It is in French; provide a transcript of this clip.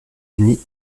unis